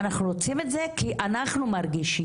אנחנו רוצים את זה כי אנחנו מרגישים,